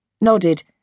nodded